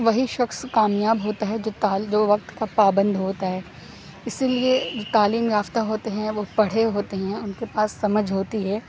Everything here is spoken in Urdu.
وہی شخص کامیاب ہوتا ہے جو وقت کا پابند ہوتا ہے اسی لیے جو تعلیم یافتہ ہوتے ہیں وہ پڑھے ہوتے ہیں ان کے پاس سمجھ ہوتی ہے